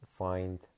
find